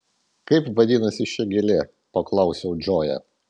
kaip vadinasi ši gėlė paklausiau džoją